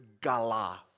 gala